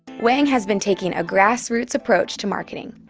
wang has been taking a grassroots approach to marketing,